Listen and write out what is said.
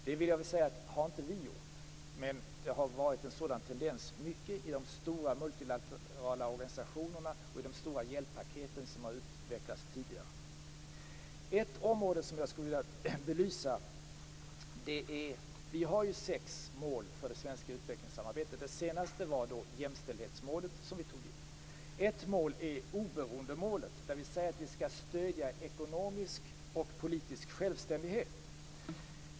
Det har vi inte gjort, men det har varit en sådan tendens i de stora multilaterala organisationerna och i de stora hjälppaket som tidigare har utvecklats. Ett område som jag skulle vilja belysa är målen för utvecklingssamarbetet. Vi har sex mål för det svenska utvecklingssamarbetet. Det senaste målet vi satte upp är jämställdhetsmålet. Ett mål är oberoendemålet, där vi säger att vi skall stödja ekonomisk och politisk självständighet.